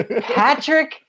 Patrick